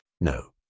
No